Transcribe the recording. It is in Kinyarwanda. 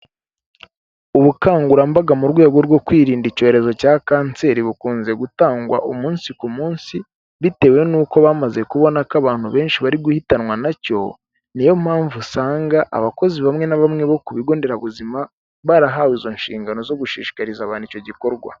Ubukangurambaga mu rwego rwo kwirinda icyorezo cya Kanseri, bukunze gutangwa umunsi ku munsi, bitewe n'uko bamaze kubona ko abantu benshi bari guhitanwa na cyo, ni yo mpamvu usanga abakozi bamwe na bamwe bo ku bigo nderabuzima, barahawe izo nshingano zo gushishikariza abantu icyo gikorwa.